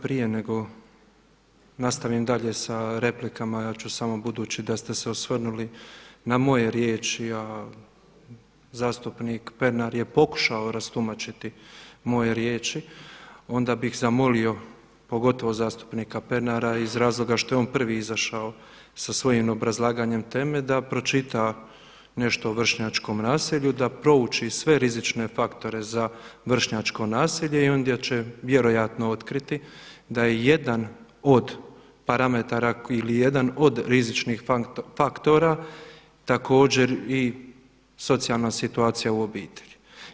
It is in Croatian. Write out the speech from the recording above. Prije nego nastavim dalje sa replikama, ja ću samo budući da ste se osvrnuli na moje riječi a zastupnik Pernar je pokušao rastumačiti moje riječi, onda bih zamolio pogotovo zastupnika Pernara iz razloga što je on prvi izašao sa svojim obrazlaganjem teme da pročita nešto o vršnjačkom nasilju, da prouči sve rizične faktore za vršnjačko nasilje i onda će vjerojatno otkriti da je jedan od parametara ili jedan od rizičnih faktora također i socijalna situacija u obitelji.